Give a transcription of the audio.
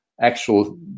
actual